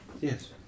Yes